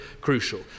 crucial